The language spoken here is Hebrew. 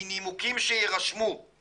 מנימוקים שיירשמו '.